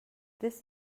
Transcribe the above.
this